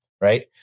Right